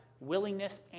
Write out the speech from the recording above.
willingness